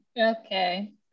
Okay